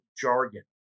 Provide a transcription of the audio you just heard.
jargon